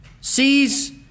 sees